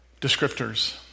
Descriptors